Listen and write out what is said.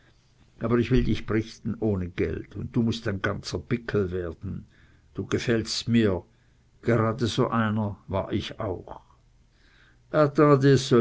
aber ich will dich brichten ohne geld und du mußt ein ganzer bickel werden du gefällst mir gerade so einer war ich auch